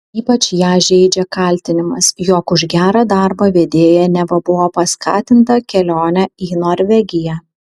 ypač ją žeidžia kaltinimas jog už gerą darbą vedėja neva buvo paskatinta kelione į norvegiją